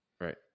Right